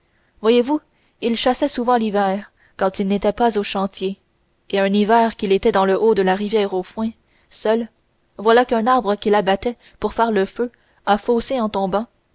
voyez-vous il chassait souvent l'hiver quand il n'était pas aux chantiers et un hiver qu'il était dans le haut de la rivière aux foins seul voilà qu'un arbre qu'il abattait pour faire le feu a faussé en tombant